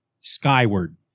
skyward